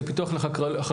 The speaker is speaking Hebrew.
זה פיתוח לחקלאות,